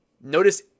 notice